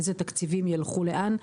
איזה תקציבים ילכו לאן.